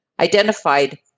identified